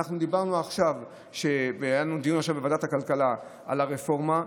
היה לנו עכשיו דיון בוועדת הכלכלה על הרפורמה.